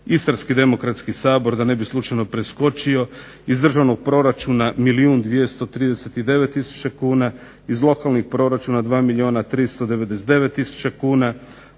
Istarski demokratski sabor da ne bi slučajno preskočio iz državnog proračuna milijun 239 tisuća kuna, iz lokalnih proračuna 2 milijuna